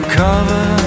cover